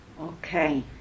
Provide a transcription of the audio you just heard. Okay